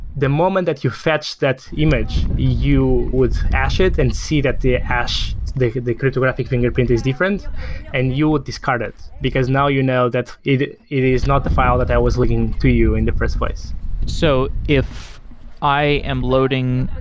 the moment that you fetch that image you would hash it and see that the hash, the cryptographic fingerprint is different and you would discard it, because now you know that it it is not the file that i was linking to you in the first place so if i am loading,